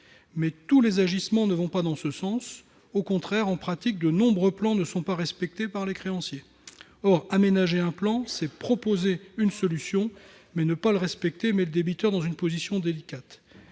Mais tous les agissements ne vont pas dans ce sens, au contraire : en pratique, de nombreux plans ne sont pas respectés par les créanciers. Or aménager un plan, c'est proposer une solution ; ne pas le respecter met le débiteur dans une position délicate.